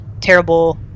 terrible